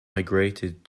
migrated